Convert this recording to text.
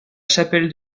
chapelle